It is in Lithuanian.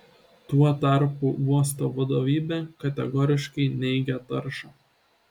tuo tarpu uosto vadovybė kategoriškai neigia taršą